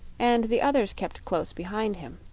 and the others kept close behind him.